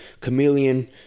chameleon